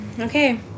Okay